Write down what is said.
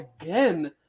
again